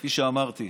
כפי שאמרתי.